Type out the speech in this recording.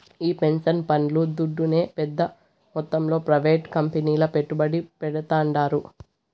ఈ పెన్సన్ పండ్లు దుడ్డునే పెద్ద మొత్తంలో ప్రైవేట్ కంపెనీల్ల పెట్టుబడి పెడ్తాండారు